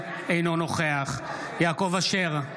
אינו נוכח יעקב אשר,